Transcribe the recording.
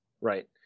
Right